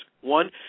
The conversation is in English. One